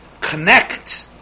connect